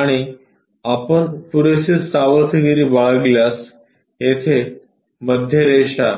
आणि आपण पुरेसी सावधगिरी बाळगल्यास येथे मध्य रेषा